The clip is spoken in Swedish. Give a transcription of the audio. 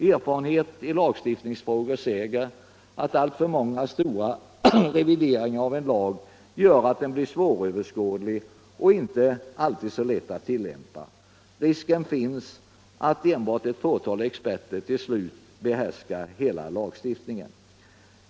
Erfarenheten i lagstiftningsfrågor säger att alltför många stora revideringar av en lag gör att den blir svåröverskådlig och inte alltid så lätt att tillämpa. Risken finns att enbart ett fåtal experter till slut behärskar hela lagstiftningen.